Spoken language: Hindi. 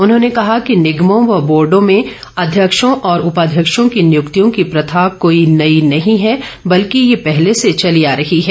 उन्होंने कहा कि निगमों व बोर्डो में अध्यक्षों और उपाध्यक्षों की नियुक्तियों की प्रथा कोई नई नहीं है बल्कि यह पहले से चली आ रही है